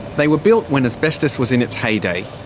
they were built when asbestos was in its heyday.